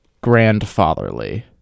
grandfatherly